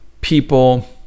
people